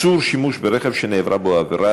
(איסור שימוש ברכב שנעברה בו עבירה),